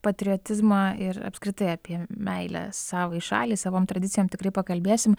patriotizmą ir apskritai apie meilę savai šaliai savom tradicijom tikrai pakalbėsim